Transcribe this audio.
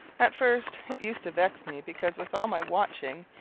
at first it used to vex me because, with all my watching,